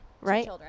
right